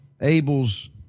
Abel's